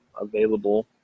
available